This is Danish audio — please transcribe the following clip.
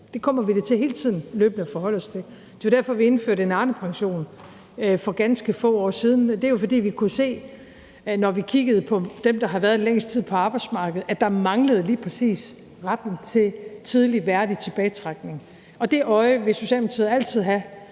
Det kommer vi da til hele tiden løbende at forholde os til. Det var derfor, vi indførte en Arnepension for ganske få år siden, altså fordi vi, når vi kiggede på dem, der havde været længst tid på arbejdsmarkedet, kunne se, at der manglede lige præcis retten til tidlig, værdig tilbagetrækning. Det øje vil Socialdemokratiet altid have